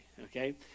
okay